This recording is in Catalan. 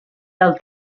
del